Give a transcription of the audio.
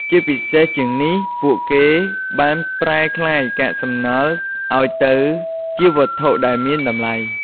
ជាពិសេសជាងនេះ ពួកគេបានប្រែក្លាយកាកសំណល់ឲ្យទៅជាវត្ថុដែលមានតម្លៃ។